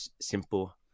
simple